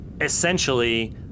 Essentially